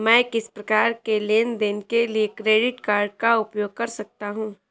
मैं किस प्रकार के लेनदेन के लिए क्रेडिट कार्ड का उपयोग कर सकता हूं?